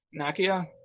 Nakia